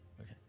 okay